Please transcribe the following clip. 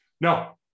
No